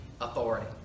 authority